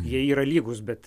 jie yra lygūs bet